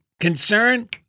Concern